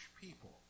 people